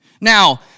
Now